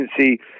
agency